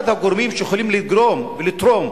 אחד הגורמים שיכולים לגרום ולתרום